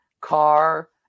car